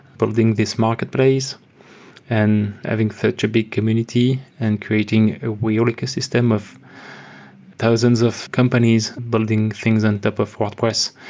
building this marketplace and having such a big community and creating ah ah like a system of thousands of companies building things on top of wordpress,